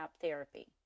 therapy